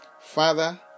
Father